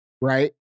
Right